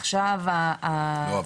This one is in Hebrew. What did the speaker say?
עכשיו -- אבל לא,